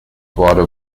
water